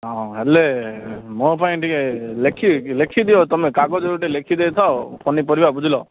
ହଁ ହେଲେ ମୋ ପାଇଁ ଟିକେ ଲେଖି ଲେଖିଦିଅ ତମେ କାଗଜରେ ଗୋଟେ ଟିକେ ଦେଇ ଥାଅ ପନିପରିବା ବୁଝିଲ